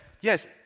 yes